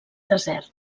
desert